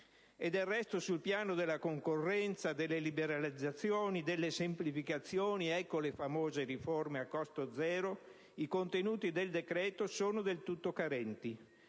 E del resto, sul piano della concorrenza, delle liberalizzazioni e delle semplificazioni (ecco le famose riforme a costo zero) i contenuti del decreto sono del tutto carenti.